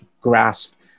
grasp